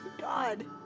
God